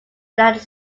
united